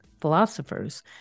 Philosophers